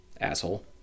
asshole